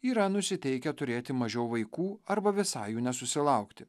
yra nusiteikę turėti mažiau vaikų arba visai jų nesusilaukti